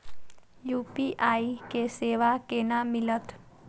UPI के सेवा केना मिलत?